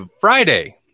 Friday